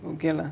okay lah